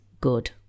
good